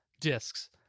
discs